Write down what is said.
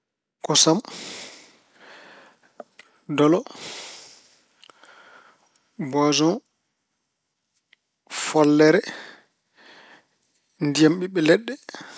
Kosam, dolo, boojoŋ, follere, ndiyam ɓiɓɓe leɗɗe.